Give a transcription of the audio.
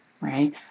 right